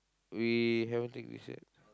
we haven't take this yet